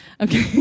Okay